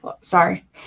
Sorry